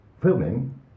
Filming